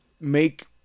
make